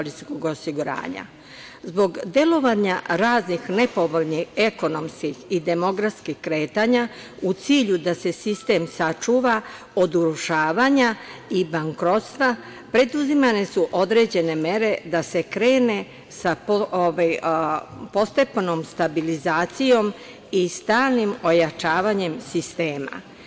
Zbog delovanja raznih nepovoljnih ekonomskih i demografskih kretanja u cilju da se sistem sačuva od urušavanja i bankrotstva preduzimane su određene mere da se krene sa postepenom stabilizacijom i stalnim ojačavanjem sistema.